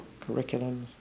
curriculums